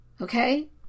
Okay